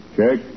Check